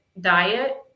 diet